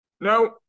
Now